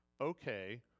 okay